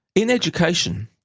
in education,